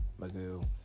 Magoo